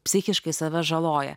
psichiškai save žaloja